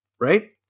right